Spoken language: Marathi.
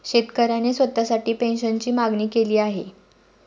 शेतकऱ्याने स्वतःसाठी पेन्शनची मागणी केली आहे